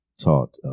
taught